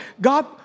God